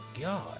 god